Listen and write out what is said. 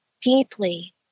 deeply